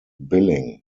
billing